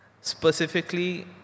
specifically